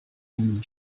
and